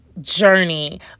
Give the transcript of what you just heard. journey